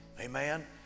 Amen